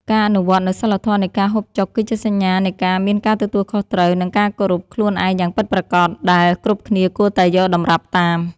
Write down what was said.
ការអនុវត្តនូវសីលធម៌នៃការហូបចុកគឺជាសញ្ញានៃការមានការទទួលខុសត្រូវ និង ការគោរពខ្លួនឯងយ៉ាងពិតប្រាកដដែលគ្រប់គ្នាគួរតែយកតម្រាប់តាម។